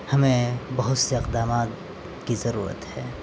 ہمیں بہت سے اقدامات کی ضرورت ہے